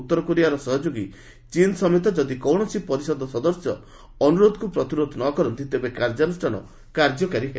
ଉତ୍ତରକୋରିଆର ସହଯୋଗୀ ଚୀନ୍ ସମେତ ଯଦି କୌଣସି ପରିଷଦ ସଦସ୍ୟ ଅନୁରୋଧକୁ ପ୍ରତିରୋଧ ନକରନ୍ତି ତେବେ କାର୍ଯ୍ୟାନୁଷ୍ଠାନ କାର୍ଯ୍ୟକାରୀ ହେବ